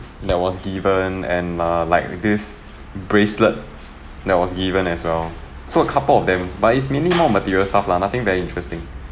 that was given and err like this bracelet that was given as well so a couple of them but its mainly more material stuff lah nothing very interesting